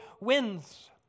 wins